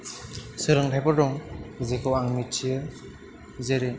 सोलोंथाइफोर दं जेखौ आं मिथियो जेरै